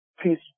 please